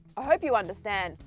i hope you understand.